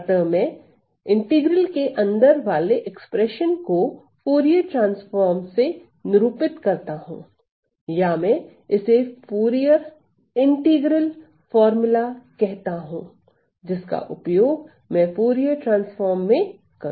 अतः मैं समाकल के अंदर वाले व्यंजक को फूरिये ट्रांसफार्म निरूपित करता हूं या मैं इसे फूरिये समाकलन सूत्र कहता हूं जिसका उपयोग मैं फूरिये ट्रांसफार्म में करूंगा